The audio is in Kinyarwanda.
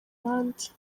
bandi